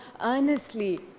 earnestly